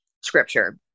scripture